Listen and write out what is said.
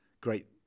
great